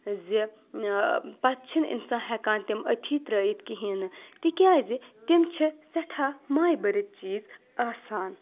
زِ پَتہٕ چھِنہٕ اِنسان ہٮ۪کان تِم أتھی ترٛٲیِتھ کِہیٖنۍ نہٕ تِکیٛازِ تِم چھِ سٮ۪ٹھاہ مایہِ بٔرِتھ چیٖز آسان